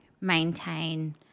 maintain